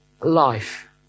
life